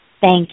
Thank